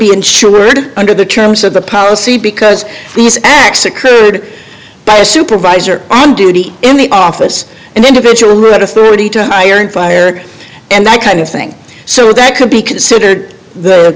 be insured under the terms of the policy because these acts occurred by a supervisor and duty in the office and individual who had authority to hire and fire and that kind of thing so that could be considered the